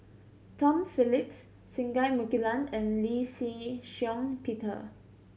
Tom Phillips Singai Mukilan and Lee Shih Shiong Peter